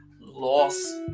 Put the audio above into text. lost